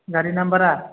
गारि नाम्बारा